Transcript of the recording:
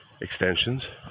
extensions